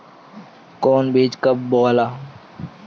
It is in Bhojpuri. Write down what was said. कौन बीज कब बोआला?